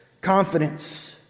confidence